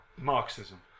Marxism